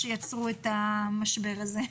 לאלה שיצרו את המשבר הזה.